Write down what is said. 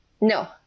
no